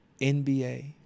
NBA